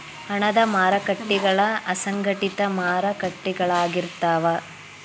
ಹಣದ ಮಾರಕಟ್ಟಿಗಳ ಅಸಂಘಟಿತ ಮಾರಕಟ್ಟಿಗಳಾಗಿರ್ತಾವ